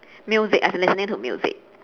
music as in listening to music